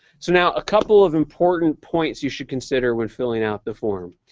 so now a couple of important points you should consider when filling out the form.